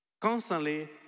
constantly